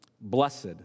Blessed